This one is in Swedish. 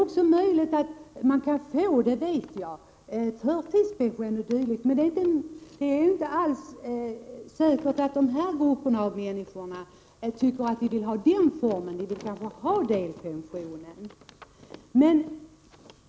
Jag vet att man kan få förtidspension, men det är inte alls säkert att dessa grupper av människor vill ha en sådan. De kanske vill ha delpension.